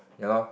ya lor